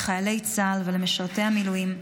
לחיילי צה"ל ולמשרתי המילואים,